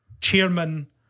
Chairman